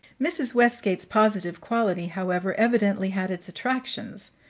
mrs. westgate's positive quality, however, evidently had its attractions,